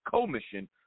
commission